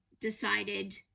decided